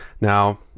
Now